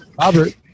Robert